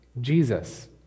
Jesus